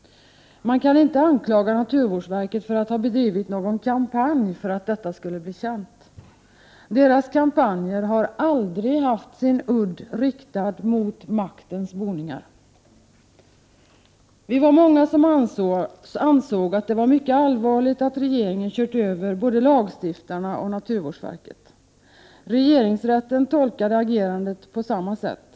Man kan inte anklaga naturvårdsverket för att ha bedrivit någon kampanj för att detta skulle bli känt. Naturvårdsverkets kampanjer har aldrig haft sin udd riktad mot maktens boningar. Vi var många som ansåg att det var mycket allvarligt att regeringen kört över både lagstiftarna och naturvårdsverket. Regeringsrätten tolkade agerandet på samma sätt.